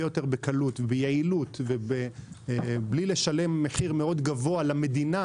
יותר בקלות וביעילות ובלי לשלם מחיר גבוה מאוד למדינה.